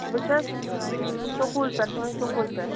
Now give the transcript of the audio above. بہٕ چھَس سکوٗل پٮ۪ٹھ تُہٕنٛدِ سکوٗل پٮ۪ٹھ